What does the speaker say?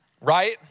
Right